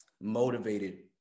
motivated